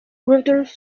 rudolf